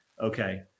Okay